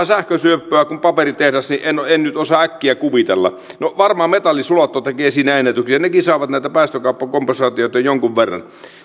sähkösyöppöä kuin paperitehdas en nyt osaa äkkiä kuvitella no varmaan metallisulatto tekee siinä ennätyksen ja nekin saavat näitä päästökauppakompensaatioita jonkun verran kyllä